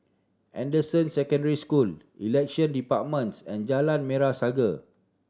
Anderson Secondary School Election Departments and Jalan Merah Saga